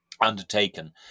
undertaken